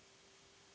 Hvala.